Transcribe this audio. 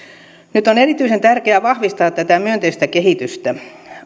nyt on erityisen tärkeää vahvistaa tätä myönteistä kehitystä